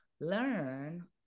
learn